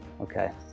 Okay